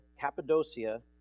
Cappadocia